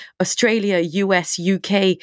Australia-US-UK